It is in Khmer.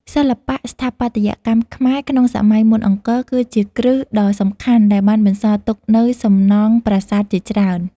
សិល្បៈស្ថាបត្យកម្មខ្មែរក្នុងសម័យមុនអង្គរ គឺជាគ្រឹះដ៏សំខាន់ដែលបានបន្សល់ទុកនូវសំណង់ប្រាសាទជាច្រើន។